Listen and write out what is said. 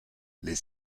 les